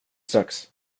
strax